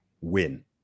win